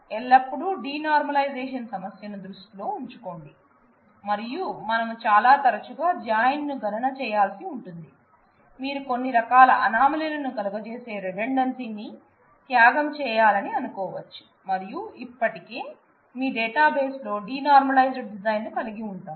ఎల్లప్పుడూ డీనార్మలైజేషన్ సమస్యను దృష్టిలో ఉంచుకోండి మరియు మనము చాలా తరచుగా జాయిన్ ను గణన చేయాల్సి ఉంటుంది మీరు కొన్ని రకాల అనామోలీ లను కలుగజేసే రిడుండెన్సీ త్యాగం చేయాలని అనుకోవచ్చు మరియు ఇప్పటికీ మీ డేటాబేస్ లో డీనార్మైలైజ్ డ్డిజైన్ ను కలిగి ఉంటారు